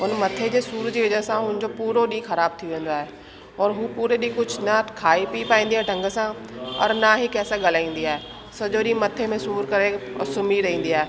हुन मथे जे सूर जी वज़ह सां हुनजो पूरो ॾींहुं ख़राब थी वेंदो आहे और हूअ पूरे ॾींहुं न कुझु खाई पी पाईंदी आहे ढंग सां और ना ई कंहिंसां ॻाल्हाइंदी आहे सॼो ॾींहुं मथे में सूर करे ऐं सुम्ही रहंदी आहे